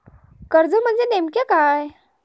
कर्ज म्हणजे नेमक्या काय?